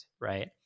right